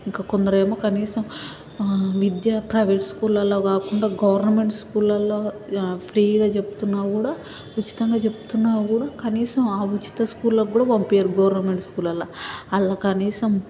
ఇంకా కొందరేమో కనీసం విద్య ప్రైవేట్ స్కూల్లల్లో కాకుండా గవర్నమెంట్ స్కూల్లల్లో ఫ్రీగా చెబుతున్నా కూడా ఉచితంగా చెబుతున్నా కూడా కనీసం ఆ ఉచిత స్కూల్లకి కూడా పంపియ్యారు గవర్నమెంట్ స్కూల్లల్లో అల్లా కనీసం